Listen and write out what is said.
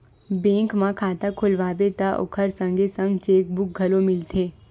bank म खाता खोलवाबे त ओखर संगे संग चेकबूक घलो मिलथे